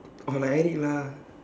alright ya